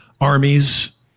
armies